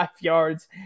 yards